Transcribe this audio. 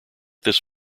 this